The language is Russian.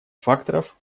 факторов